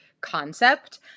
concept